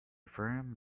firm